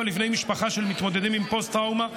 לבני משפחה של מתמודדים עם פוסט-טראומה,